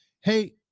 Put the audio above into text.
Hey